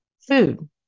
food